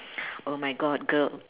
oh my god girl